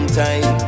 time